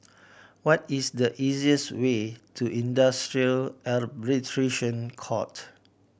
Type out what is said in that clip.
what is the easiest way to Industrial Court